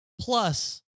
plus